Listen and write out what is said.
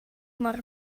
mor